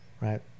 right